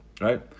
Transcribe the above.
right